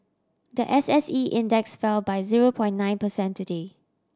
the S S E Index fell by zero point nine percent today